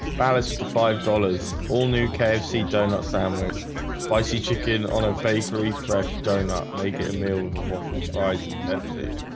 ballesta five dollars all new kfc doughnuts sandwich spicy chicken on a bakery fresh doughnut make it a meal with a waffle fries and pepsi